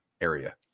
area